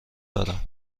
دارم